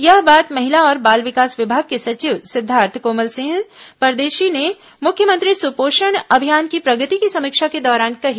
यह बात महिला और बाल विकास विभाग के सचिव सिद्दार्थ कोमल सिंह परदेशी ने मुख्यमंत्री सुपोषण अभियान की प्रगति की समीक्षा के दौरान कही